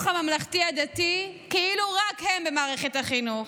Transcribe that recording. הממלכתי הדתי כאילו רק הם במערכת החינוך.